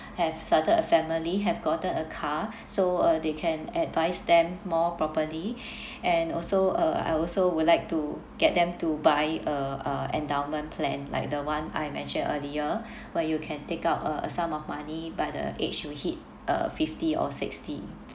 have started a family have gotten a car so uh they can advise them more properly and also uh I also would like to get them to buy uh uh endowment plan like the one I mentioned earlier where you can take out uh a sum of money by the age you hit uh fifty or sixty